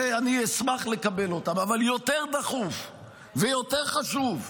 ואני אשמח לקבל אותם, אבל יותר דחוף ויותר חשוב,